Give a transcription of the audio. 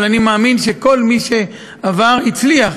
אבל אני מאמין שכל מי שעבר הצליח,